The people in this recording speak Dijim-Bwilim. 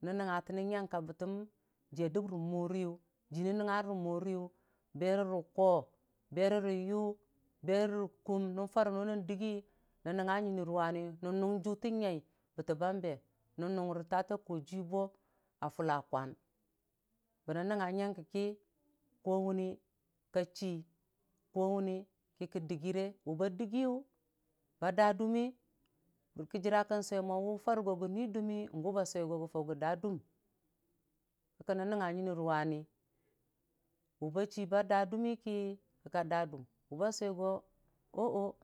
Nəngnga tənne nyəng ke abətəm jiiya dəm rə moriyʊ jii nəngnga rə moriyʊ berəko berə rəyʊ berə rə kum nən fare no nən dəgi nən nəngnga nyini rʊwani nən nʊng jutə nyang bətənbambe nən nungre taata kojiiyʊ bo a fulla kwan bənən nəngnga nyəngkə ki kowune ka chii kowʊne ki ka dəgire wʊba dagi yʊ ba daa dummii bərkə jira kən sʊwe mo wʊ fare go gə nii dummii gʊ ba sʊwe go gə faugo gə daa dum kikə nən nəngnga nyini rʊwani wʊba chi badaa dummii ki kika daa dum wʊba sʊwe go o'o.